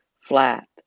flat